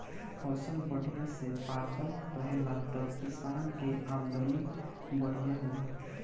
फसल बढ़िया से पाकल रहेला त किसान के आमदनी बढ़िया होला